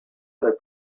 other